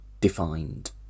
defined